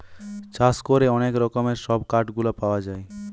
চাষ করে অনেক রকমের সব কাঠ গুলা পাওয়া যায়